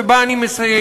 ובה אני מסיים: